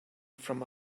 from